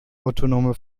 autonome